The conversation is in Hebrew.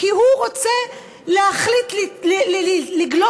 כי הוא רוצה להחליט לגלוש,